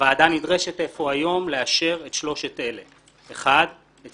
הוועדה נדרשת איפה היום לאשר את שלושת אלה: 1. את